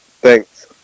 Thanks